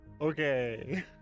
Okay